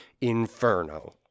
inferno